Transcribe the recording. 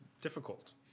difficult